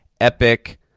Epic